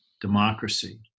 democracy